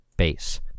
base